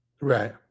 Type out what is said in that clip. right